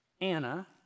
Anna